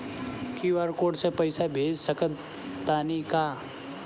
QR code से पईसा भेज सक तानी का?